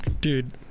Dude